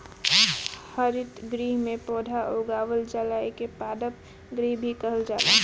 हरितगृह में पौधा उगावल जाला एके पादप गृह भी कहल जाला